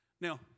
Now